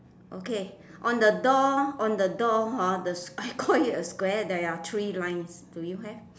okay on the door on the door hor the I call it a square there are three lines do you have